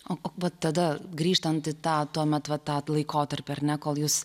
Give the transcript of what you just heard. o va tada grįžtant į tą tuomet va tą laikotarpį ar ne kol jūs